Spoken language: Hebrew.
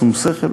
בשום שכל,